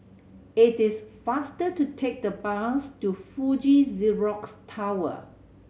it is faster to take the bus to Fuji Xerox Tower